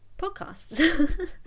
podcasts